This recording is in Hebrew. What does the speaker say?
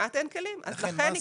לכן,